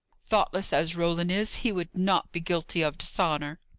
thoughtless as roland is, he would not be guilty of dishonour.